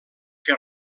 que